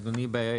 אדוני,